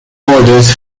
orders